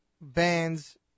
bands